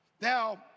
Now